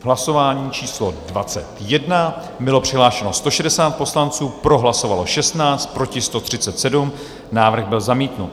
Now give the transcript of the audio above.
Hlasování číslo 21, bylo přihlášeno 160 poslanců, pro hlasovalo 16, proti 137, návrh byl zamítnut.